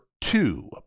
two